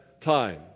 time